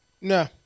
No